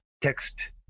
text